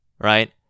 right